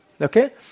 Okay